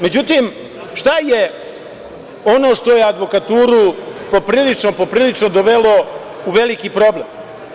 Međutim, šta je ono što je advokaturu poprilično dovelo u veliki problem?